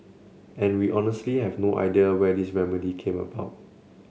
and we honestly have no idea where this remedy came about